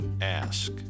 ask